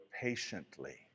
patiently